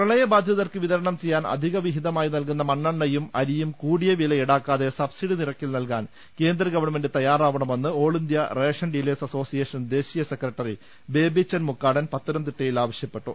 പ്രളയ ബാധിതർക്ക് വിതരണം ചെയ്യാൻ അധിക വിഹിതമായി നൽകുന്ന മണ്ണെണ്ണയും അരിയും കൂടിയ വില ഈടാക്കാതെ സബ്സിഡി നിരക്കിൽ നൽകാൻ കേന്ദ്ര ഗവൺമെന്റ് തയ്യാറാവ ണമെന്ന് all India ration dealers association ദേശീയ സെക്രട്ടറി ബേബിച്ചൻ മുക്കാടൻ പത്തനംതിട്ടയിൽ ആവ ശ്യപ്പെട്ടു